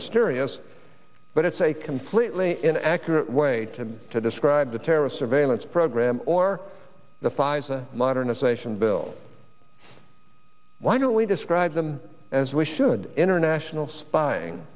mysterious but it's a completely inaccurate way to describe the terrorist surveillance program or the pfizer modernization bill why don't we describe them as we should international spying